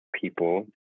people